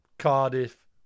Cardiff